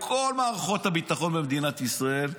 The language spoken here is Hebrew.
בשביל כל מערכות הביטחון במדינת ישראל,